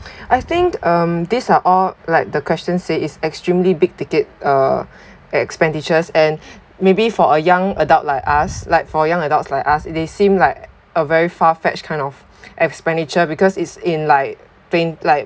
I think um these are all like the question say is extremely big ticket expenditures and maybe for a young adult like us like for young adults like us it is seem like a very far fetched kind of expenditure because it's in like twen~ like